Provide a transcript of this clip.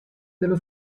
dello